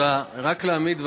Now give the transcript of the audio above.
הודעה לחבר הכנסת יואב